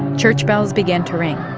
church bells began to ring,